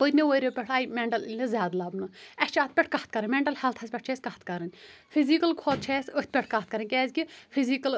پِتۍمٮ۪و ؤریٕو پٮ۪ٹھ آے یہِ مٮ۪نٛٹَل اِلنٮ۪س زیادٕ لَبنہٕ اَسہِ چھِ اَتھ پٮ۪ٹھ کَتھ کَرٕنۍ مٮ۪نٛٹَل ہیلتَھن پٮ۪ٹھ چھِ اَسہِ کَتھ کَرٕنۍ فِزِکَل کھۄتہٕ چھِ اسہِ أتھۍ پٮ۪ٹھ کَتھ کَرٕنۍ کیازکہِ فِزِکَل